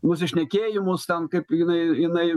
nusišnekėjimus ten kaip jinai jinai